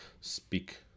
speak